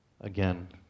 Again